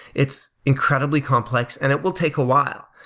it's incredibly complex, and it will take a while.